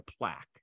plaque